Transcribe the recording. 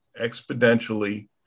exponentially